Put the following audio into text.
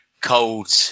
cold